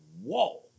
whoa